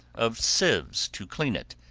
of sieves to clean it,